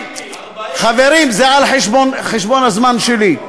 חברים, זה על חשבון הזמן שלי.